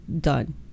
done